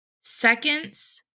seconds